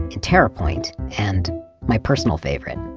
interropoint and my personal favorite,